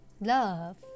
love